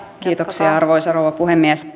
kiitoksia arvoisa rouva puhemies